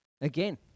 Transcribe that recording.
Again